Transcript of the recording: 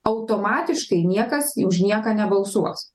automatiškai niekas už nieką nebalsuos